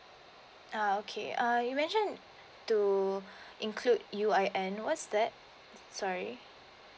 ah okay uh you mentioned to include U_I_N what's that sorry